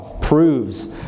proves